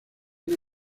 una